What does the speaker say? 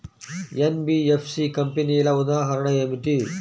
NBFC కంపెనీల ఉదాహరణ ఏమిటి?